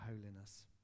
holiness